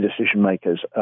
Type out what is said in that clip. decision-makers